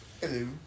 Hello